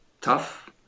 tough